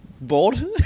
bored